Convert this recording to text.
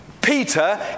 Peter